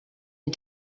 and